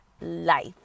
life